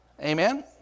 Amen